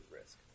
risk